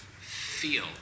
feel